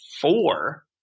Four